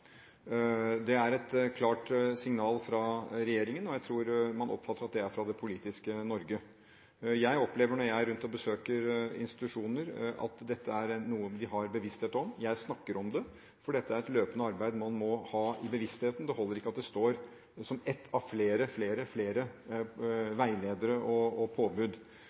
Det er et klart signal fra regjeringen, og jeg tror man oppfatter at det er fra det politiske Norge. Jeg opplever når jeg drar rundt og besøker institusjoner, at dette er noe de har bevissthet om. Jeg snakker om det, for dette er et løpende arbeid man må ha i bevisstheten – det holder ikke at det står som ett av flere og flere veiledere og påbud.